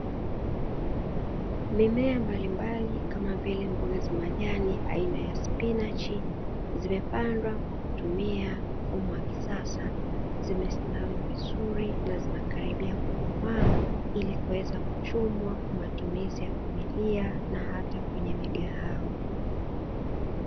Mimea mbalimbali kama vile mboga za majani aina ya spinachi zimepandwa kwa kutumia mfumo wa kisasa, zimestawi vizuri na zinakaribia kukomaa ili kuweza kuchumwa kwa matumizi ya familia na hata kwenye migahawa.